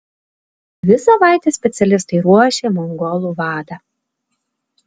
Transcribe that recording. dvi savaites specialistai ruošė mongolų vadą